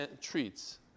treats